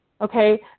okay